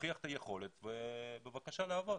יוכיח את היכולת ובבקשה לעבוד.